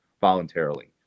voluntarily